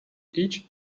each